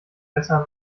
besser